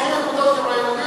טלב.